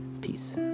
peace